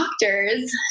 doctors